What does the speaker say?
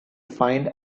find